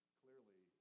clearly